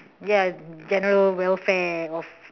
ya general welfare of